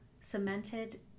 cemented